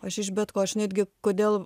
aš iš bet ko aš netgi kodėl